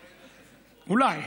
אולי.